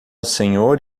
senhor